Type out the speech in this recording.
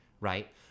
right